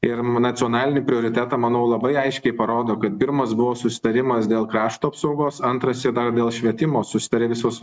ir nacionalinį prioritetą manau labai aiškiai parodo kad pirmas buvo susitarimas dėl krašto apsaugos antras yra dar dėl švietimo susitarė visos